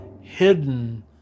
hidden